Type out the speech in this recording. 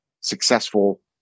successful